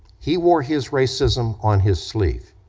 he wore his racism on his sleeve.